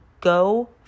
go